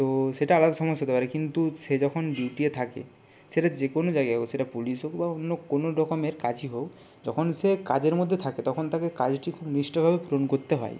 তো সেটা আলাদা সমস্যা হতে পারে কিন্তু সে যখন ডিউটি এ থাকে সেটা যে কোনো জায়গায় হোক সেটা পুলিশ হোক বা অন্য কোনো রকমের কাজই হোক যখন সে কাজের মধ্যে থাকে তখন তাকে কাজটি খুব নিষ্ঠাভাবে পূরণ করতে হয়